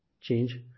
change